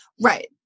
Right